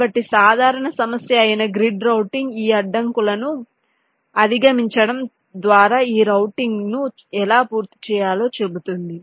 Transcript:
కాబట్టి సాధారణ సమస్య అయిన గ్రిడ్ రౌటింగ్ ఈ అడ్డంకులను అధిగమించడం ద్వారా ఈ రౌటింగ్ను ఎలా పూర్తి చేయాలో చెబుతుంది